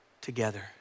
together